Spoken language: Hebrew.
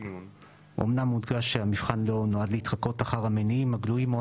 אמנם מודגש שהמבחן לא נועד להתחקות אחר המניעים הגלויים או